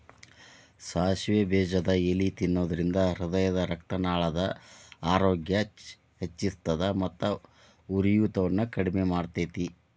ಸಾಸಿವೆ ಬೇಜದ ಎಲಿ ತಿನ್ನೋದ್ರಿಂದ ಹೃದಯರಕ್ತನಾಳದ ಆರೋಗ್ಯ ಹೆಚ್ಹಿಸ್ತದ ಮತ್ತ ಉರಿಯೂತವನ್ನು ಕಡಿಮಿ ಮಾಡ್ತೆತಿ